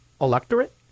electorate